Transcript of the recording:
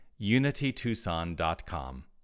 unitytucson.com